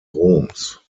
roms